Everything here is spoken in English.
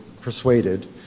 persuaded